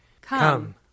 Come